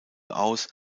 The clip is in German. aus